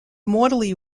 mortally